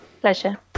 pleasure